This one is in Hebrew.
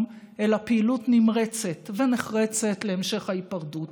אלא פעילות נמרצת ונחרצת להמשך ההיפרדות.